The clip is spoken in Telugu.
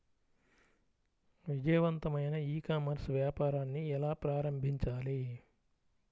విజయవంతమైన ఈ కామర్స్ వ్యాపారాన్ని ఎలా ప్రారంభించాలి?